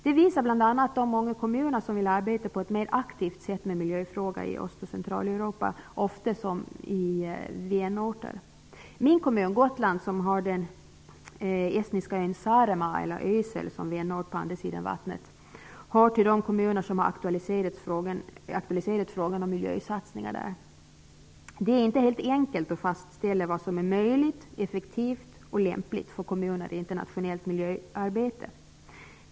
Det visar bl.a. de många kommuner som vill arbeta på ett mer aktivt sätt med miljöfrågor i Öst och Ösel som vänort på andra sidan vattnet, hör till de kommuner som har aktualiserat frågan om miljösatsningar där. Det är inte helt enkelt att fastställa vad som är möjligt, effektivt och lämpligt för kommuner i internationellt miljöarbete.